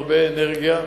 הרבה אנרגיה.